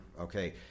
Okay